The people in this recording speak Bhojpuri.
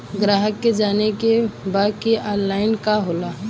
ग्राहक के जाने के बा की ऑनलाइन का होला?